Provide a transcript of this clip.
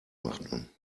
machen